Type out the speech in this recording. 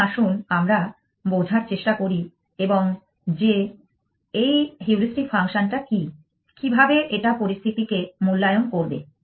এখন আসুন আমরা বোঝার চেষ্টা করি এবং যে এই হিউড়িস্টিক ফাংশন টা কি কীভাবে এটা পরিস্থিতিকে মূল্যায়ন করছে